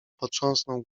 potrząsnął